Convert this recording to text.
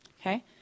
Okay